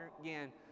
again